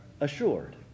assured